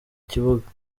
kibuga